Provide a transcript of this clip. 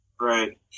Right